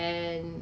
因为现在